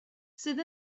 sydd